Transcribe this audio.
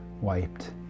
wiped